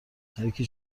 هرکی